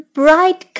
bright